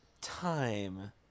time